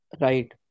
right